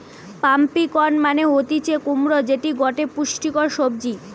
pumpkin মানে হতিছে কুমড়ো যেটি গটে পুষ্টিকর সবজি